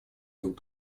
друг